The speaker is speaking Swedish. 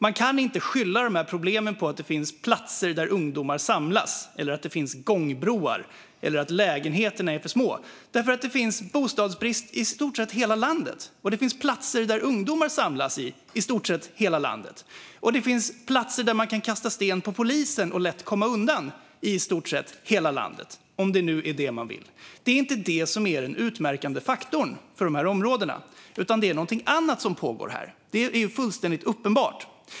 Man kan inte skylla problemen på att det finns platser där ungdomar samlas, på att det finns gångbroar eller på att lägenheterna är för små. Det finns nämligen bostadsbrist i i stort sett hela landet, och det finns platser där ungdomar samlas i i stort sett hela landet. Det finns också platser där man kan kasta sten på polisen och lätt komma undan i i stort sett hela landet, om det nu är det man vill. Det är inte det som är den utmärkande faktorn för de här områdena. Det är något annat som pågår här. Det är fullständigt uppenbart.